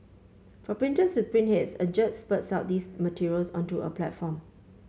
for printers with print heads a jet spurts out these materials onto a platform